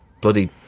bloody